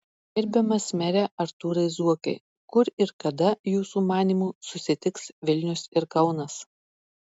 gerbiamas mere artūrai zuokai kur ir kada jūsų manymu susitiks vilnius ir kaunas